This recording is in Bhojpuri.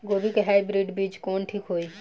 गोभी के हाईब्रिड बीज कवन ठीक होई?